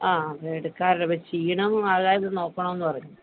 ആ അങ്ങനെ എടുക്കാറില്ല ക്ഷീണം ആകാതെ നോക്കണമെന്ന് പറഞ്ഞു